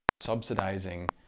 subsidizing